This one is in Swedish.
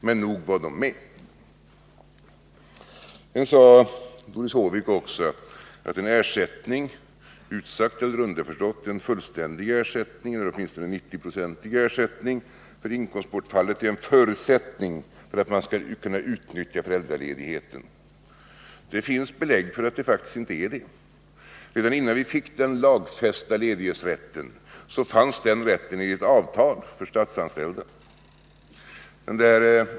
Men nog Doris Håvik sade också att en fullständig eller åtminstone 90-procentig ersättning för inkomstbortfallet är en förutsättning för att man skall kunna utnyttja föräldraledigheten. Det finns belägg för att det faktiskt inte är riktigt. Redan innan vi fick den lagfästa ledighetsrätten fanns en sådan rätt enligt avtal för statsanställda.